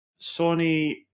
Sony